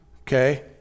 Okay